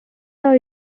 are